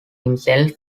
himself